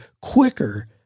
quicker